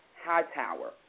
Hightower